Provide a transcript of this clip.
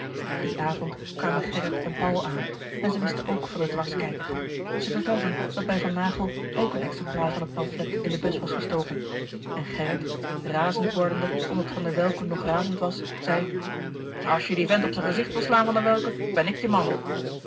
dien avond kwamen gerrit en paul aan en zij wisten ook van den dwarskijker zij vertelden dat bij van naghel ook een exemplaar van louis couperus de boeken der kleine zielen het pamflet in de bus was gestoken en gerrit razend wordende omdat van der welcke nog razend was zei als je dien vent op zijn gezicht wil slaan van der welcke ben ik je man